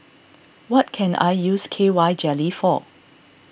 what can I use K Y Jelly for